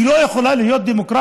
היא לא יכולה להיות דמוקרטית,